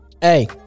Hey